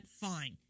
fine